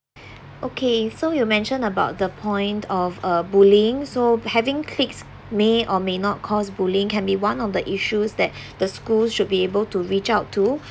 okay so you mentioned about the point of uh bullying so having cliques may or may not cause bullying can be one of the issues that the schools should be able to reach out to